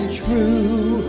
true